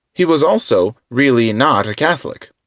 he was also really not a catholic,